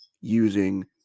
using